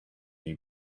you